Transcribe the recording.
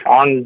on